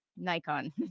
Nikon